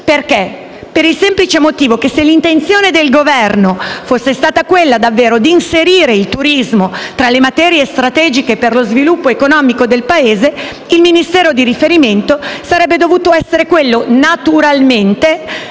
Italy* per il semplice motivo che se l'intenzione del Governo fosse stata davvero quella di inserire il turismo tra le materie strategiche per lo sviluppo economico del Paese, il Ministero di riferimento sarebbe dovuto essere, naturalmente,